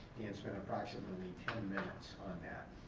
dan spent approximately ten minutes on that.